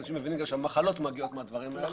אנשים מאוד מפחדים עכשיו מכל דבר שזז.